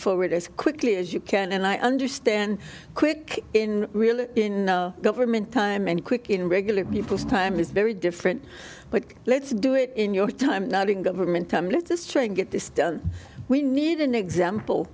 forward as quickly as you can and i understand quick in really in government time and quick in regular people's time is very different but let's do it in your time not in government time let this train get this done we need an example